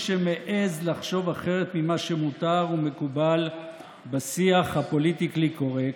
שמעז לחשוב אחרת ממה שמותר ומקובל בשיח הפוליטיקלי-קורקט,